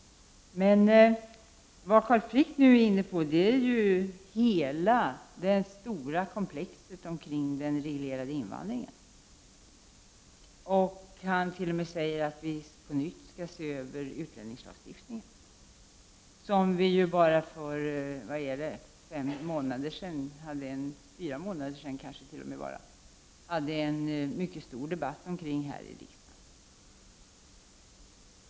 Det Carl Frick är inne på gäller hela det stora komplexet kring den reglerade invandringen. Han säger t.o.m. att vi på nytt skall se över utlänningslagen, som vi ju bara för fyra månader sedan hade en mycket stor debatt om här i riksdagen.